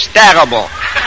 terrible